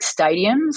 stadiums